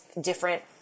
different